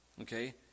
Okay